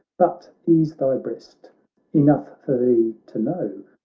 but ease thy breast enough for thee to know.